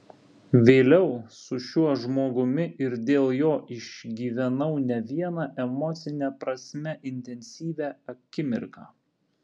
vėliau su šiuo žmogumi ir dėl jo išgyvenau ne vieną emocine prasme intensyvią akimirką